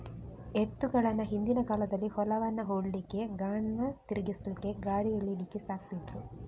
ಎತ್ತುಗಳನ್ನ ಹಿಂದಿನ ಕಾಲದಲ್ಲಿ ಹೊಲವನ್ನ ಉಳ್ಲಿಕ್ಕೆ, ಗಾಣ ತಿರ್ಗಿಸ್ಲಿಕ್ಕೆ, ಗಾಡಿ ಎಳೀಲಿಕ್ಕೆ ಸಾಕ್ತಿದ್ರು